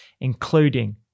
including